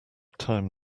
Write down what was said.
time